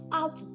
out